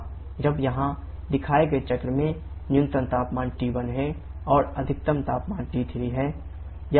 अब यहां दिखाए गए चक्र में न्यूनतम तापमान T1 है और अधिकतम तापमान T3 है